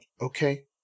Okay